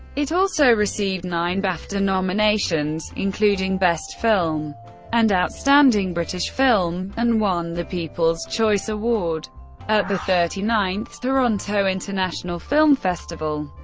it also received nine bafta nominations, including best film and outstanding british film, and won the people's choice award at the thirty ninth toronto international film festival.